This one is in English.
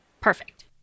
perfect